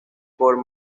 fort